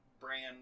brand